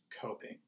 coping